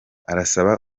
arasaba